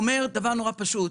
דבר נורא פשוט: